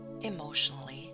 emotionally